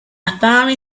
finally